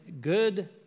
good